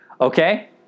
Okay